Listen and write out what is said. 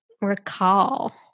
recall